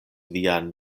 vian